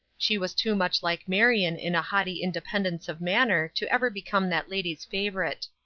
she was too much like marion in a haughty independence of manner to ever become that lady's favorite.